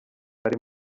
hari